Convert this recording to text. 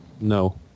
no